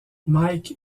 mike